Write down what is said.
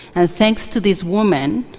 and thanks to this woman,